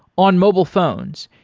on mobile phones,